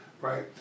right